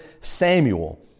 Samuel